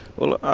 well, i